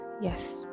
Yes